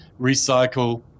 recycle